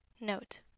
Note